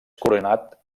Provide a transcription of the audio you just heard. coronat